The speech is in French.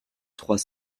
trois